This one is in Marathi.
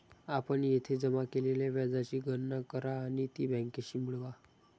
आपण येथे जमा केलेल्या व्याजाची गणना करा आणि ती बँकेशी मिळवा